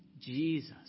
Jesus